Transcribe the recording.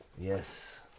Yes